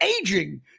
aging